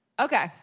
Okay